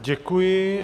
Děkuji.